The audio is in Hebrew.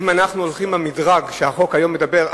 אם אנחנו הולכים על מדרג שהחוק היום מדבר,